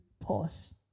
pause